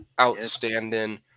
outstanding